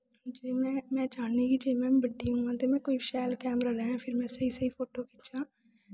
ते में चाह्न्नीं के में बड्डी होआं ते में कोई शैल कैमरा लैं ते शैल शैल फोटो खिच्चां